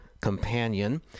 Companion